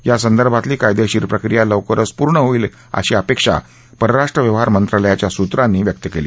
या संदर्भातली कायदेशीर प्रक्रिया लवकरच पूर्ण होईल अशी अपेक्षा परराष्ट्र व्यवहार मंत्रालयाच्या सूत्रांनी व्यक्त केली